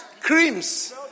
creams